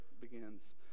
begins